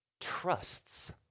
trusts